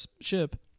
ship